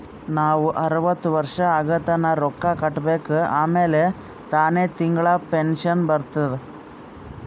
ನಾವ್ ಅರ್ವತ್ ವರ್ಷ ಆಗತನಾ ರೊಕ್ಕಾ ಕಟ್ಬೇಕ ಆಮ್ಯಾಲ ತಾನೆ ತಿಂಗಳಾ ಪೆನ್ಶನ್ ಬರ್ತುದ್